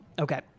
Okay